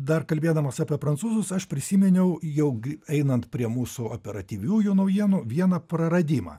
dar kalbėdamas apie prancūzus aš prisiminiau jog einant prie mūsų operatyviųjų naujienų vieną praradimą